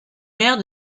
maire